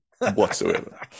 whatsoever